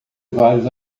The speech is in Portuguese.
vários